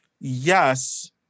Yes